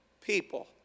people